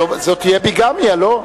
זאת תהיה ביגמיה, לא?